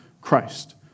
Christ